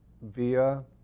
via